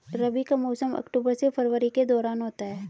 रबी का मौसम अक्टूबर से फरवरी के दौरान होता है